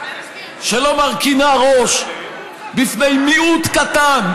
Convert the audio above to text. שלא מרכינה ראש בפני מיעוט קטן,